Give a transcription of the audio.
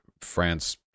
France